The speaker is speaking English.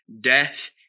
death